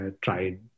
tried